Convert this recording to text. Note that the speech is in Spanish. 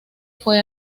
fue